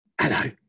Hello